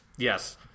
Yes